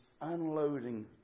unloading